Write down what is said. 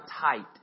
tight